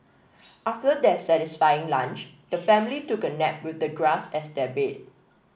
after their satisfying lunch the family took a nap with the grass as their bed